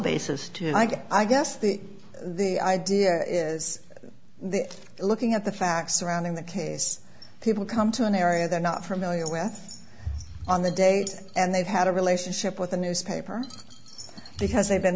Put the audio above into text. basis to like i guess the the idea is looking at the facts surrounding the case people come to an area they're not for a million with on the date and they've had a relationship with a newspaper because they've been